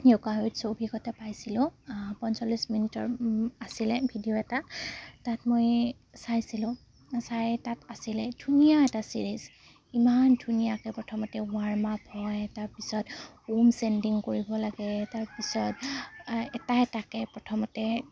যোগা অভিজ্ঞতা পাইছিলোঁ পঞ্চল্লিছ মিনিটৰ আছিলে ভিডিঅ' এটা তাত মই চাইছিলোঁ চাই তাত আছিলে ধুনীয়া এটা চিৰিজ ইমান ধুনীয়াকৈ প্ৰথমতে ৱাৰ্ম আপ হয় তাৰ পিছত ওম কৰিব লাগে তাৰ পিছত এটা এটাকৈ প্ৰথমতে